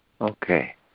Okay